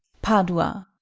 padua.